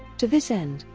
to this end,